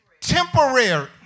temporary